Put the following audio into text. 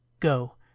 Go